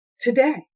today